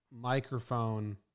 microphone